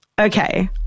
Okay